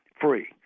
Free